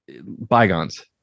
bygones